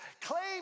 Claim